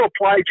apply